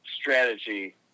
strategy